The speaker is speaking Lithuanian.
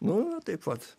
nu va taip vat